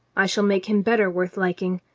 i shall make him better worth liking,